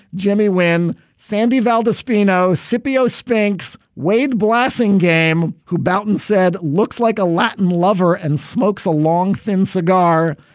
jimmy when sandy valdes peno scipio spinks weighed blasting game who bouton said looks like a latin lover and smokes a long, thin cigar.